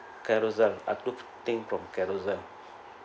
Carousell I took thing from Carousell